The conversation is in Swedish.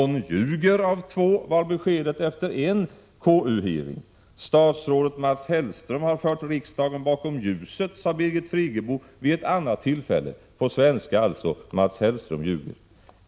Någon ljuger av de två, var beskedet efter en KU-hearing. Statsrådet Mats Hellström har fört riksdagen bakom ljuset, sade Birgit Friggebo vid ett annat tillfälle. På svenska betyder det alltså: Mats Hellström ljuger.